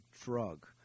drug